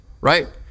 right